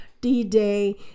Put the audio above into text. D-Day